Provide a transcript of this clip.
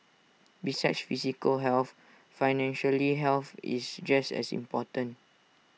besides physical health financial health is just as important